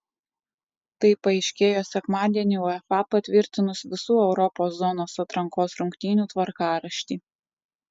tai paaiškėjo sekmadienį uefa patvirtinus visų europos zonos atrankos rungtynių tvarkaraštį